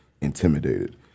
intimidated